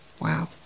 Wow